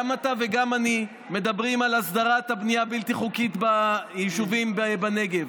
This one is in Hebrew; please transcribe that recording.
גם אתה וגם אני מדברים על הסדרת הבנייה הבלתי-חוקית ביישובים בנגב,